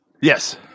yes